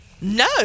No